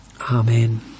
Amen